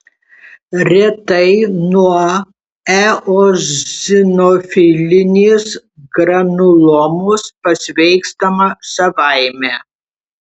retai nuo eozinofilinės granulomos pasveikstama savaime